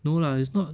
no lah it's not